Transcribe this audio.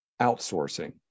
outsourcing